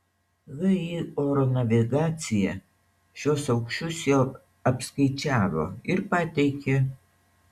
vį oro navigacija šiuos aukščius jau apskaičiavo ir pateikė